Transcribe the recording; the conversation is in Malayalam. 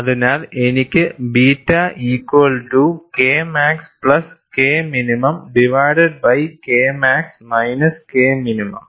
അതിനാൽ എനിക്ക് beta equal to K max plus K minimum divided by K max minus K minimum